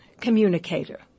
communicator